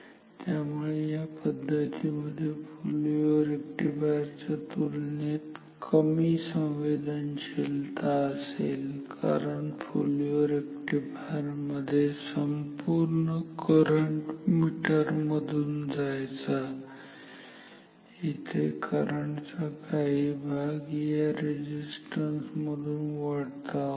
त्यामुळे या पद्धतीमध्ये फुल वेव्ह रेक्टिफायर च्या तुलनेत संवेदनशीलता कमी असेल कारण फुल वेव्ह रेक्टिफायर मध्ये संपूर्ण करंट मीटर मधून जायचा इथे करंट चा काही भाग या रेझिस्टन्स मधून वळता होतो